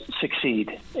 succeed